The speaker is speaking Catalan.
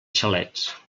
xalets